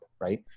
right